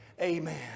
amen